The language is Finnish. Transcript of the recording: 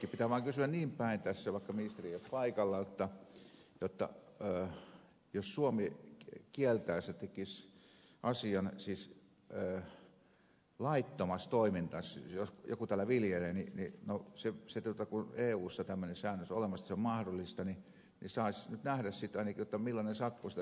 pitää vaan kysyä niin päin vaikka ministeri ei ole paikalla jotta jos suomi kieltäisi siis tekisi sen asian laittomaksi toiminnaksi jos joku täällä viljelee kun eussa tämmöinen säännös on olemassa eli se on mahdollista niin millainen sakko siitä suomelle tulisi